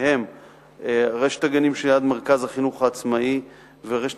שהם רשת הגנים שליד מרכז החינוך העצמאי ורשת